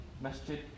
Masjid